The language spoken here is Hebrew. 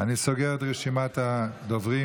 אני סוגר את רשימת הדוברים.